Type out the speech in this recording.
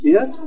Yes